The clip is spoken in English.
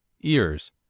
Ears